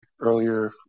earlier